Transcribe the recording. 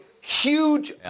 huge